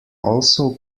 also